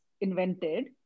invented